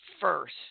first